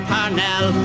Parnell